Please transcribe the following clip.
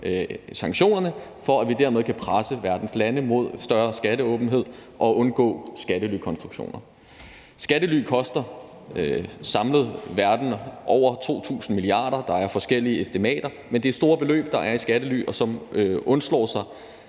sanktionerne, for at vi dermed kan presse verdens lande mod større skatteåbenhed og undgå skattelykonstruktioner. Skattely koster samlet set verden over 2.000 mia. kr. Der er forskellige estimater, men det er store beløb, der er i skattely. Så man undgår